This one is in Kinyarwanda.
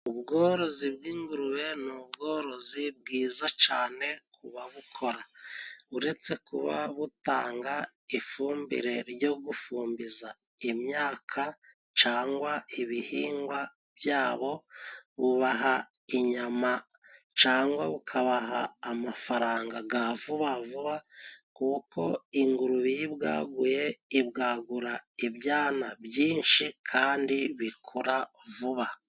Ubworozi bw'ingurube ni ubworozi bwiza cyane ku babukora. Uretse kuba butanga ifumbire ryo gufumbiza imyaka cyangwa ibihingwa byabo, bubaha inyama cyangwa bukabaha amafaranga ya vuba vuba, kuko ingurube iyo ibwaguye ibwagura ibyana byinshi, kandi bikura vuba.